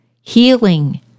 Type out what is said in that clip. Healing